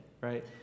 right